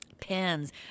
pens